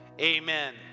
Amen